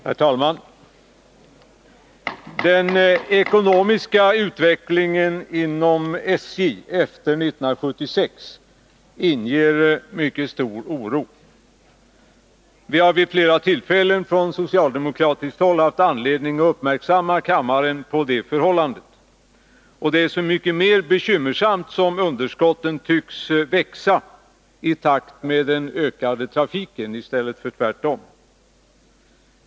Herr talman! Den ekonomiska utvecklingen inom SJ efter 1976 inger mycket stor oro. Vi har från socialdemokratiskt håll vid flera tillfällen haft anledning att göra kammaren uppmärksam på det förhållandet. Det är så mycket mer bekymmersamt som underskotten tycks växa i takt med den ökade trafiken i stället för tvärtom.